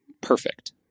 perfect